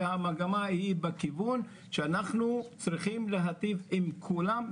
והמגמה היא בכיוון שאנחנו צריכים להיטיב עם כולם,